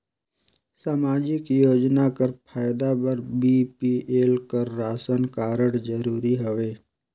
समाजिक योजना कर फायदा बर बी.पी.एल कर राशन कारड जरूरी हवे?